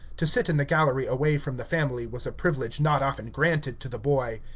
to sit in the gallery away from the family, was a privilege not often granted to the boy.